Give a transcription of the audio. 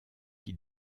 qui